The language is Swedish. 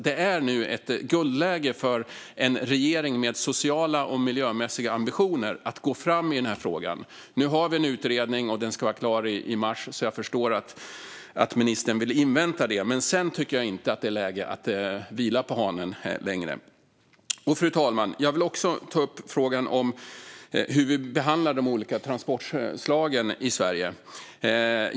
Det är nu ett guldläge för en regering med sociala och miljömässiga ambitioner att gå fram i denna fråga. Nu har vi en utredning som ska vara klar i mars. Jag förstår därför att ministern vill invänta den. Men sedan tycker jag inte att det är läge att vila på hanen längre. Fru talman! Jag vill också ta upp frågan om hur vi behandlar de olika transportslagen i Sverige.